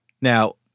Now